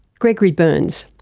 gregory berns.